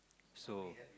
so